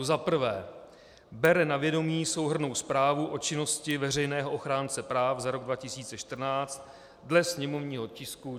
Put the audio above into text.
I. bere na vědomí Souhrnnou zprávu o činnosti veřejného ochránce práv za rok 2014 dle sněmovního tisku 446,